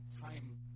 time